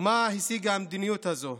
ומה השיגה המדיניות הזו?